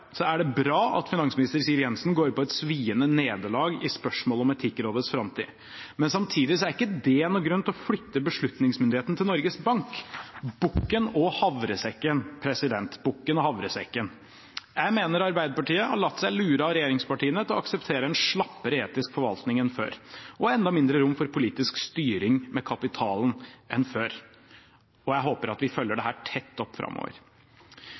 så stor eier som Norge bør ta. Tvert imot er det mest konkrete i regjeringens melding et ønske om å legge ned Etikkrådet. Jeg skulle ønske at stortingsflertallet ikke lot seg holde som gissel av regjeringens elendige innstilling. På den ene siden er det bra at finansminister Siv Jensen går på et sviende nederlag i spørsmålet om Etikkrådets framtid, men samtidig er ikke det noen grunn til å flytte beslutningsmyndigheten til Norges Bank. - Bukken og havresekken, president, bukken og havresekken! Jeg mener at Arbeiderpartiet har latt seg lure av